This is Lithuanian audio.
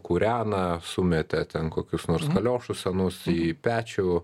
kūrena sumetė ten kokius nors kaliošus senus į pečių